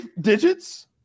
digits